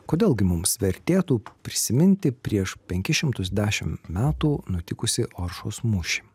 kodėl gi mums vertėtų prisiminti prieš penkis šimtus dešimt metų nutikusį oršos mūšį